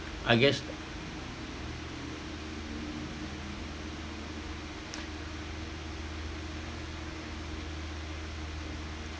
I guess